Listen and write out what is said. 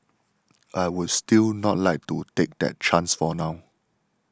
I would still not like to take that chance for now